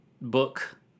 book